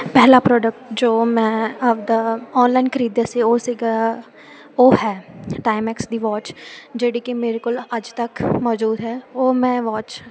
ਪਹਿਲਾ ਪ੍ਰੋਡਕ ਜੋ ਮੈਂ ਆਪਦਾ ਆਨਲਾਈਨ ਖਰੀਦਿਆ ਸੀ ਉਹ ਸੀਗਾ ਉਹ ਹੈ ਟਾਈਮੈਕਸ ਦੀ ਵਾਚ ਜਿਹੜੀ ਕਿ ਮੇਰੇ ਕੋਲ ਅੱਜ ਤੱਕ ਮੌਜੂਦ ਹੈ ਉਹ ਮੈਂ ਵਾਚ